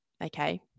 okay